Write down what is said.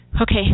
Okay